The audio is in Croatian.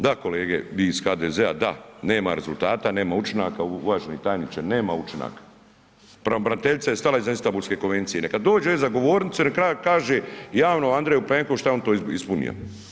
Da kolege vi iz HDZ-a da, nema rezultata, nema učinaka, uvaženi tajniče nema učinaka, pravobraniteljica je stala iza Istambulske konvencije, neka dođe za govornicu i nek kaže javno Andreju Plenkoviću šta je on to ispunio.